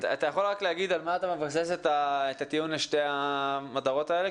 אתה יכול להגיד על מה אתה מבסס את הטיעון לשתי המטרות האלה?